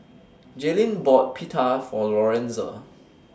Jayleen bought Pita For Lorenza